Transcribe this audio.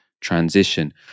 transition